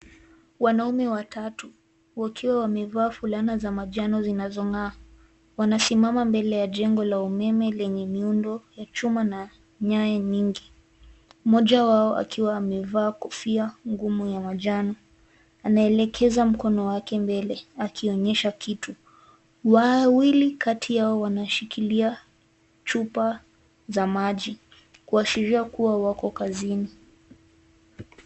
Wanaume watatu wakiwa wamevaa fulana za manjano zinazongaa. Wanasimama mbele ya jengo la umeme, lenye miundo ya chuma na nyaya nyingi, mmoja wao akiawa amevaa kofia ngumu ya manjano. Anaelekeza mkono wake mbele akionyesha kitu, wawili kati yao wanashikilia chupa za maji , kuashiria kuwa wako kazini.